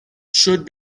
should